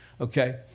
okay